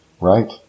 Right